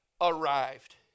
arrived